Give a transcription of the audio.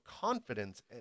confidence